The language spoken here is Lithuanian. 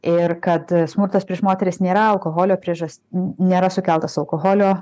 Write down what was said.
ir kad smurtas prieš moteris nėra alkoholio priežast nėra sukeltas alkoholio